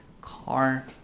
car